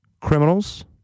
criminals